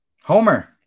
homer